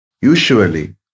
usually